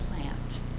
plant